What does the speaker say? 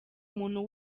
muntu